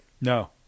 No